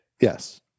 yes